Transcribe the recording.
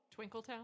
Twinkletown